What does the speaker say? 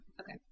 okay